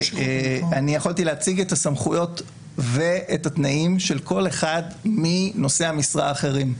יכולתי להציג את הסמכויות ואת התנאים של כל אחד מנושאי המשרה האחרים.